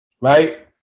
right